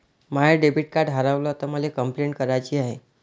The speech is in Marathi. माय डेबिट कार्ड हारवल तर मले कंपलेंट कराची हाय